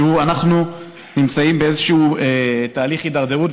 אנחנו נמצאים באיזה תהליך הידרדרות,